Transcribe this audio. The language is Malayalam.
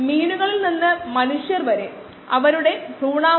വീണ്ടും നമ്മൾ അതേ ചോദ്യങ്ങൾ ചോദിക്കും എന്താണ് വേണ്ടത്